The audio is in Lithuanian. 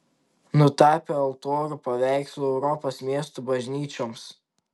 nutapė altorių paveikslų europos miestų bažnyčioms